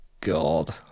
god